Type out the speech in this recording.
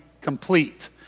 complete